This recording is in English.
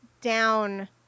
down